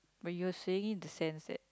but you were saying in the sense that